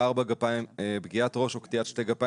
לצמיתות או לתקופה ארוכה יותר מהאמור בסעיפים 9ג,